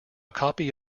copy